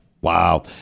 wow